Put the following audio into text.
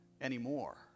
anymore